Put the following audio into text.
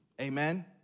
amen